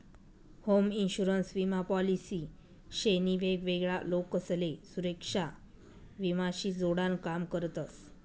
home insurance विमा policy शे नी वेगवेगळा लोकसले सुरेक्षा विमा शी जोडान काम करतस